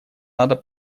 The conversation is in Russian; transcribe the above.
надо